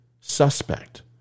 suspect